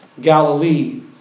Galilee